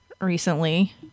recently